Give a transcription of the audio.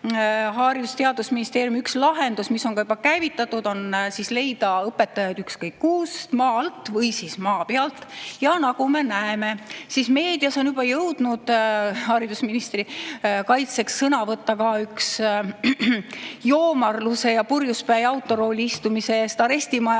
Haridus- ja Teadusministeeriumi üks lahendus, mis on ka juba käivitatud, on leida õpetajaid ükskõik kust, maa alt või siis maa pealt. Nagu me näeme, meedias on juba jõudnud haridusministri kaitseks sõna võtta ka üks joomarluse ja purjuspäi autorooli istumise eest arestimajast